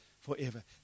forever